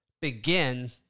begin